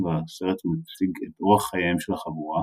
והסרט מציג את אורח חייהם של החבורה,